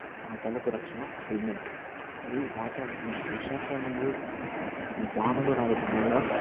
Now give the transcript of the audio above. మన తలకు రక్షణ హెల్మెట్ మరియు వాతావరణం వర్షాకాలంలో వానలు రావటం వల్ల